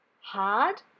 hard